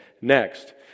next